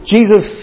Jesus